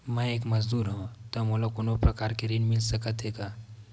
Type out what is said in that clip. मैं एक मजदूर हंव त मोला कोनो प्रकार के ऋण मिल सकत हे का?